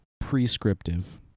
prescriptive